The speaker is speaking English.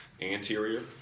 anterior